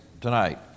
tonight